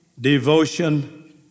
Devotion